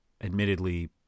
admittedly